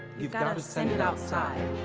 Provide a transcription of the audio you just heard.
you've got um to send it outside.